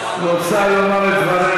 חברת הכנסת סויד רוצה לומר את דבריה,